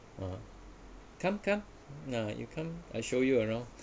mm come come ah you come I'll show you around